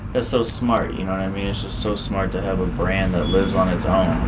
ah so smart, you know what i mean, it's just so smart to have a brand that lives on its own.